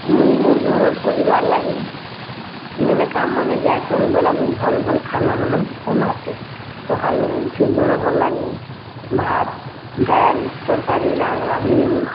ମୁଇଁ ମୋର୍ ଘରର୍ ପରିବାର୍ ଲାଗି ଇମାନେ କାମ୍ ମାନେ ଯାଏସଁନ୍ ବେଲେ ମୁଇଁ ଭଲ୍ ଭଲ୍ ଖାନା ମାନେ ବନାସିଁ ସକାଲୁଁ ଉଠଁସି ଜଣକର୍ ଲାଗିଁ ଭାତ୍ ଡାଲ୍ ତରକାରୀ ରାନ୍ଧିନେମି